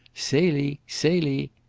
celie! celie!